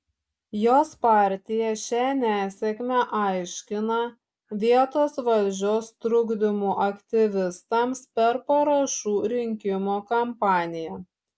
jos partija šią nesėkmę aiškina vietos valdžios trukdymu aktyvistams per parašų rinkimo kampaniją